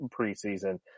preseason